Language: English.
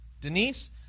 Denise